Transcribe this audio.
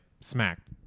smacked